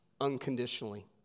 unconditionally